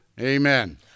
Amen